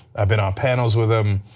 i've been on panels with them.